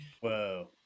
whoa